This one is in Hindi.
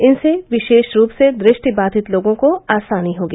इनसे विशेष रूप से दृष्टि बाधित लोगों को आसानी होगी